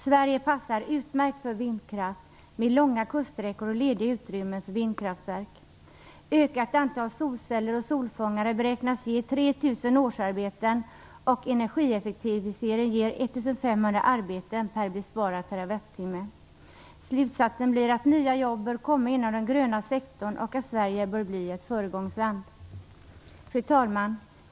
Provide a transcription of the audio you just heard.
Sverige passar utmärkt för vindkraft med långa kuststräckor och lediga utrymmen för vindkraftverk. Slutsatsen blir att nya jobb bör komma inom den gröna sektorn, och att Sverige bör bli ett föregångsland. Fru talman!